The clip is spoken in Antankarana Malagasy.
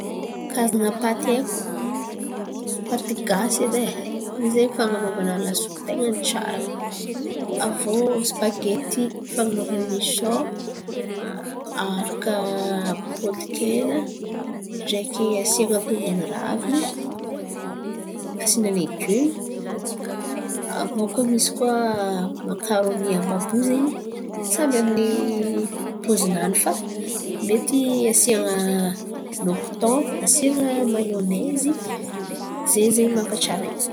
Karan̈a paty haiko paty gasy edy e! In̈y zen̈y fan̈anovana lasopy tain̈a ny tsara. Aviô sipagety fan̈anovana misao aharaka potiky hena ndraiky asian̈a tongolo raviny, asian̈a legioma. Aviô koa misy koa makarony àby àby io samby amy pozi-nany mety asian̈a loko tonha asian̈a maionaizy ze zen̈y mampatsara izy.